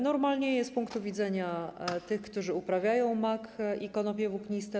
Normalnieje z punktu widzenia tych, którzy uprawiają mak i konopie włókniste.